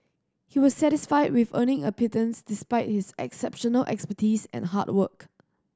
he was satisfied with earning a pittance despite his exceptional expertise and hard work